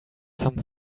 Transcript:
some